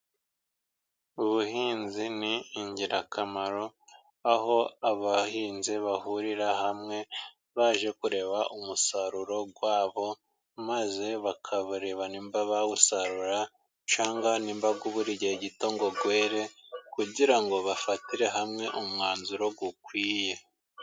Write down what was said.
Ubuhinzi ni ingirakamaro, aho abahinzi bahurira hamwe, baje kureba umusaruro wabo, maze bakareba nimba bawusarura, cyangwa nimba ubura igihe gito ngo were, kugira ngo bafatire hamwe umwanzuro ukwiye.